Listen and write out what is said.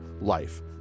life